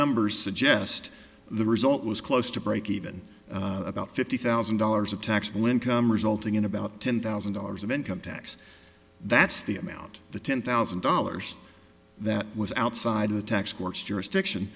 numbers suggest the result was close to breakeven about fifty thousand dollars of tax will income resulting in about ten thousand dollars of income tax that's the amount the ten thousand dollars that was outside of the tax court's jurisdiction